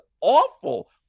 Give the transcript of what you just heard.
awful